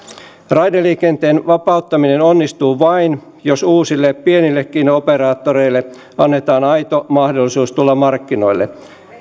raideliikenteen vapauttaminen onnistuu vain jos uusille pienillekin operaattoreille annetaan aito mahdollisuus tulla markkinoille